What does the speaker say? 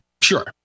sure